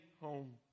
home